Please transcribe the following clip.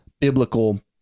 biblical